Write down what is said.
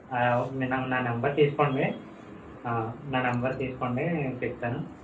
మీ నా నంబర్ తీసుకోండి నా నంబర్ తీసుకోండి చెప్తాను